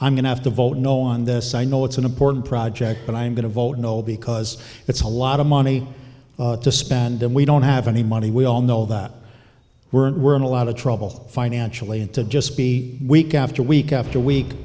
i'm going to have to vote no on this i know it's an important project but i'm going to vote no because it's a lot of money to spend and we don't have any money we all know that we're in we're in a lot of trouble financially and to just be week after week after week